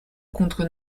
contre